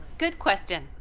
good question!